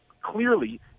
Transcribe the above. clearly